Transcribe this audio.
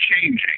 changing